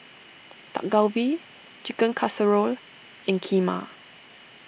Dak Galbi Chicken Casserole and Kheema